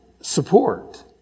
support